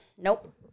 nope